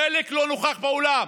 חלק לא נכח באולם.